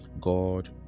God